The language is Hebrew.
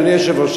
אדוני היושב-ראש,